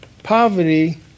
Poverty